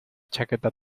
chaqueta